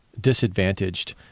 disadvantaged